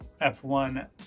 F1